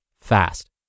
fast